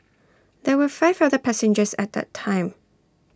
there were five other passengers at A time